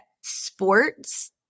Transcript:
sports